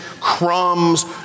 crumbs